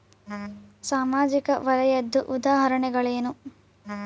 ಸಾಮಾಜಿಕ ವಲಯದ್ದು ಉದಾಹರಣೆಗಳೇನು?